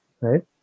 Right